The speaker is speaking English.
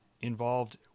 involved